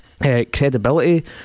credibility